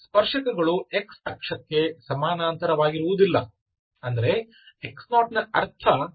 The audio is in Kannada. ಸ್ಪರ್ಶಕಗಳು x ಅಕ್ಷಕ್ಕೆ ಸಮಾನಾಂತರವಾಗಿರುವುದಿಲ್ಲ ಅಂದರೆ x0ನ ಅರ್ಥ ಹೀಗೆ ಇರುತ್ತದೆ